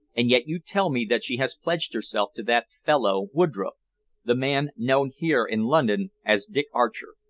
and yet you tell me that she has pledged herself to that fellow woodroffe the man known here in london as dick archer.